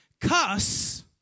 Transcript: cuss